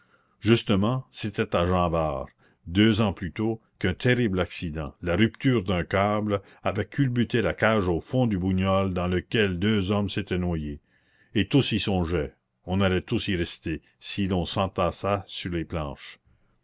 justement c'était à jean bart deux ans plus tôt qu'un terrible accident la rupture d'un câble avait culbuté la cage au fond du bougnou dans lequel deux hommes s'étaient noyés et tous y songeaient on allait tous y rester si l'on s'entassait sur les planches